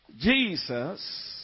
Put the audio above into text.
Jesus